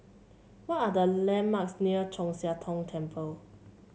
what are the landmarks near Chu Siang Tong Temple